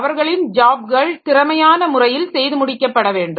அவர்களின் ஜாப்கள் திறமையான முறையில் செய்து முடிக்கப்பட வேண்டும்